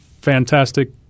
fantastic